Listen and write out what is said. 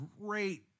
great